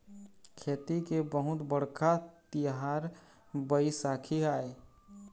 खेती के बहुत बड़का तिहार बइसाखी आय